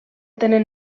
tenen